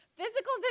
Physical